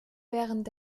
während